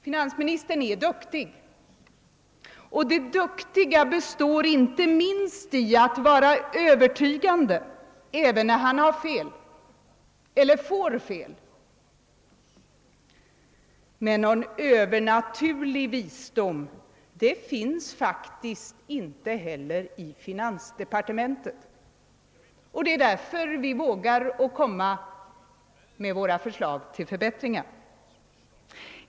Finansministern är duktig, och det duktiga består inte minst i att vara övertygande, även när han har fel — eller får fel. Men någon övernaturlig visdom finns faktiskt inte heller i finansdepartementet, och det är därför vi vågar att komma med våra förslag till förbättringar.